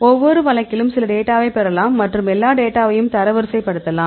ஒவ்வொரு வழக்கிலும் சில டேட்டாவை பெறலாம் மற்றும் எல்லா டேட்டாவையும் தரவரிசைப்படுத்தலாம்